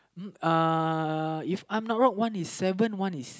uh if I'm not wrong one is seven one is